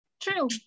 True